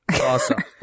Awesome